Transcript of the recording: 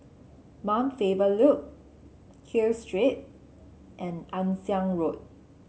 Mount Faber Loop Hill Street and Ann Siang Road